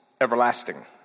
everlasting